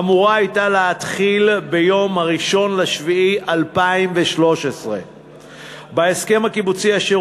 אמורה הייתה להתחיל ביום 1 ביולי 2013. בהסכם הקיבוצי אשר